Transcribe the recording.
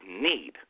need